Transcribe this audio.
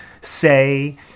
say